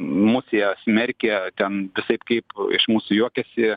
mus jie smerkė ten visaip kaip iš mūsų juokiasi